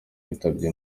yitabye